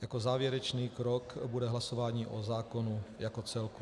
Jako závěrečný krok bude hlasování o zákonu jako celku.